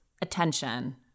attention